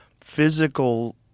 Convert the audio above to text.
physical